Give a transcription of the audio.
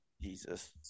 Jesus